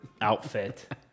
outfit